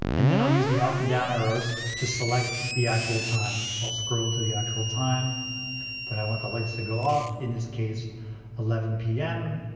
and then i'll use the up and down arrows to select the actual time. so i'll scroll to the actual time that i want the lights to go off. in this case eleven p m.